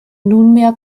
nunmehr